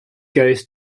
goes